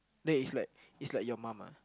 that is like is like your mum ah